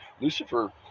Lucifer